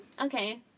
okay